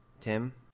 Tim